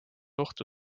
ohtu